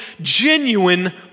genuine